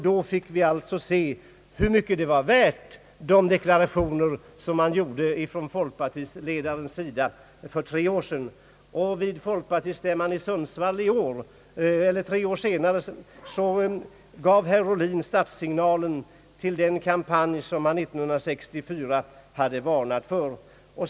Då fick vi se hur mycket de deklarationer som folkpartiledaren gjorde för tre år sedan var värda. Vid folkpartistämman i Sundsvall i år, tre år senare, gav herr Ohlin startsignalen till en kampanj som han 1964 varnade för.